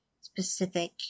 specific